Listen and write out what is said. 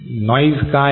noise काय आहे